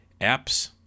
Apps